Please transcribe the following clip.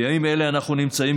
בימים אלה אנחנו נמצאים,